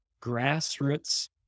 grassroots